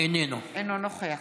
אינו נוכח